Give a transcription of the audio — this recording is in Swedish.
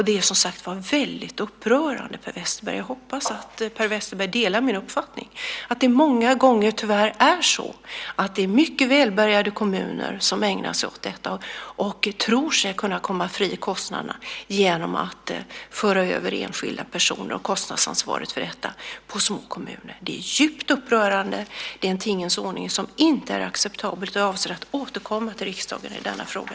Det är väldigt upprörande, Per Westerberg. Jag hoppas Per Westerberg delar min uppfattning. Det är tyvärr många gånger mycket välbärgade kommuner som ägnar sig åt detta. De tror sig kunna komma undan kostnaderna genom att föra över enskilda personer och kostnadsansvaret på små kommuner. Det är djupt upprörande och en tingens ordning som inte är acceptabel. Jag avser att återkomma till riksdagen i denna fråga.